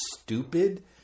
stupid